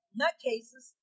nutcases